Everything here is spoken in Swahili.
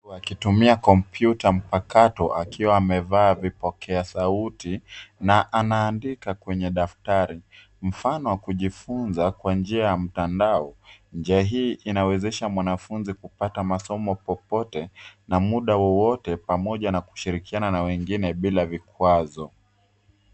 Wakitumia kompyuta mpakato akiwa amevaa vipokea sauti na anaandika kwenye daftari, mfano wa kujifunza kwa njia ya mtandao. Njia hii inawezesha mwanafunzi kupata masomo popote na muda wowote pamoja na kushirikiana na wengine bila vikwazo.